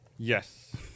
Yes